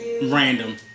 Random